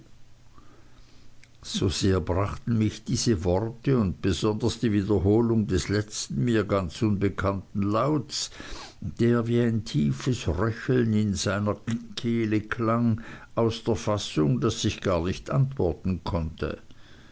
so sehr brachten mich diese worte und besonders die wiederholung des letzten mir ganz unbekannten lautes der wie ein tiefes röcheln in seiner kehle klang aus der fassung daß ich gar nicht antworten konnte